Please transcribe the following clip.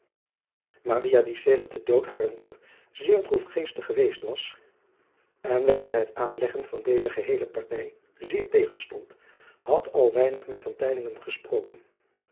die sedert den dood harer moeder zeer droefgeestig geweest was en welke het aanleggen van deze geheele partij zeer tegenstond had al weinig met gesproken